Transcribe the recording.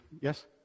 yes